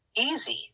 easy